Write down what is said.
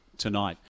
tonight